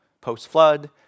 Post-flood